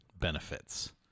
benefits